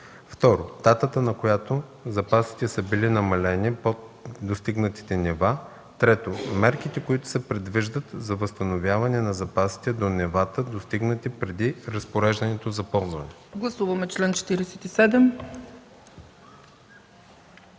2. датата, на която запасите са били намалени под достигнатите нива; 3. мерките, които се предвиждат за възстановяване на запасите до нивата, достигнати преди разпореждането за ползване.”